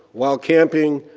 wild camping,